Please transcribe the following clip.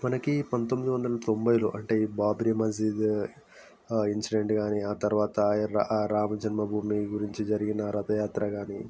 మనకి పంతొమ్మిది వందల తొంభైలో అంటే బాబ్రీ మస్జిద్ ఇన్సిడెంట్ కానీ ఆ తర్వాత రామజన్మభూమి గురించి జరిగిన రథయాత్ర కానీ